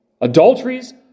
Adulteries